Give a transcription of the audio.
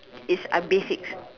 it's an basic